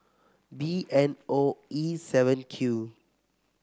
B N O E seven Q